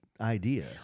idea